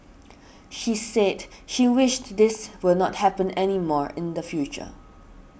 she said she wished this will not happen anymore in the future